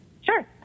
Sure